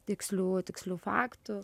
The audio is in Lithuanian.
tikslių tikslių faktų